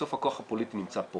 בסוף הכוח הפוליטי נמצא פה